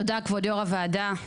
תודה כבוד יו"ר הוועדה.